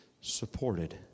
supported